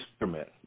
instrument